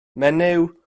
menyw